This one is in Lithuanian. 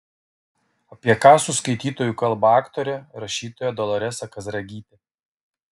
apie ką su skaitytoju kalba aktorė rašytoja doloresa kazragytė